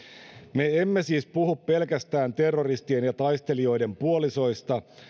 me emme siis puhu pelkästään terroristien ja taistelijoiden puolisoista